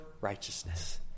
righteousness